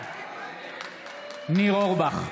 בעד ניר אורבך,